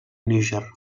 níger